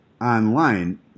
online